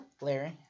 Larry